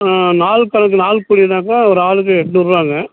ஆ நாள் கணக்கு நாள் கூலினாக்கால் ஒரு ஆளுக்கு எட்நூறுருவாங்க